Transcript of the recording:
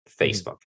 Facebook